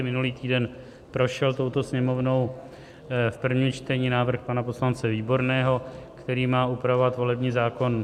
Minulý týden prošel touto Sněmovnou v prvním čtení návrh pana poslance Výborného, který má upravovat volební zákon.